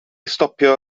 stopio